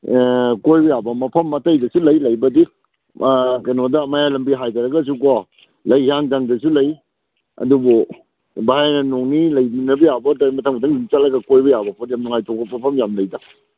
ꯑꯦ ꯀꯣꯏꯕ ꯌꯥꯕ ꯃꯐꯝ ꯑꯇꯩꯗꯁꯨ ꯂꯩ ꯂꯩꯕꯗꯤ ꯀꯩꯅꯣꯗ ꯃꯌꯥꯏ ꯂꯝꯕꯤ ꯍꯥꯏꯗꯔꯒꯁꯨꯀꯣ ꯂꯩ ꯍꯤꯌꯥꯡꯊꯥꯡꯗꯁꯨ ꯂꯩ ꯑꯗꯨꯕꯨ ꯚꯥꯏꯅ ꯅꯣꯡ ꯅꯤꯅꯤ ꯂꯩꯃꯤꯟꯅꯕ ꯌꯥꯕ ꯑꯣꯏ ꯇꯥꯔꯗꯤ ꯃꯊꯪ ꯃꯊꯪ ꯁꯨꯝ ꯆꯠꯂꯒ ꯀꯣꯏꯕ ꯌꯥꯕ ꯄꯣꯠ ꯌꯥꯝ ꯅꯨꯡꯉꯥꯏꯊꯣꯛꯄ ꯃꯐꯝ ꯌꯥꯝ ꯂꯩꯗ